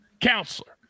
Counselor